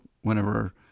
whenever